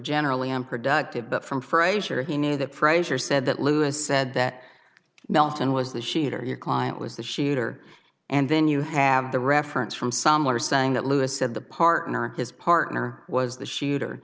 generally unproductive but from frazier he knew that frazier said that lewis said that melton was the shooter your client was the shooter and then you have the reference from somewhere saying that lewis said the partner his partner was the shooter